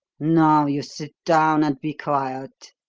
now you sit down and be quiet!